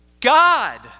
God